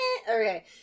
Okay